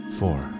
four